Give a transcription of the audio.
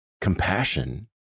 compassion